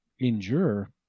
endure